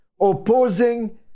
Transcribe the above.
opposing